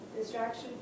Distraction